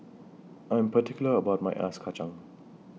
I'm particular about My Ice Kachang